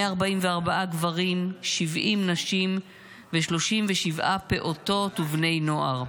144 גברים, 70 נשים ו-37 פעוטות ובני נוער.